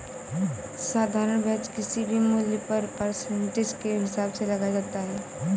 साधारण ब्याज किसी भी मूल्य पर परसेंटेज के हिसाब से लगाया जाता है